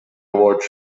awards